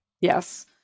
Yes